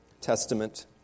Testament